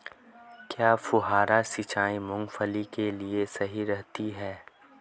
क्या फुहारा सिंचाई मूंगफली के लिए सही रहती है?